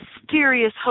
mysterious